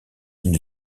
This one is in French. une